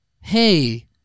hey